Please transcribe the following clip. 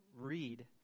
read